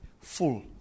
full